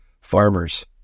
farmers